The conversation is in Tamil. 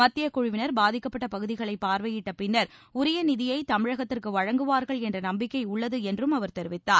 மத்திய குழுவினா் பாதிக்கப்பட்ட பகுதிகளை பார்வையிட்ட பின்னா் உரிய நிதியை தமிழகத்திற்கு வழங்குவார்கள் என்ற நம்பிக்கை உள்ளது என்றும் அவர் தெரிவித்தார்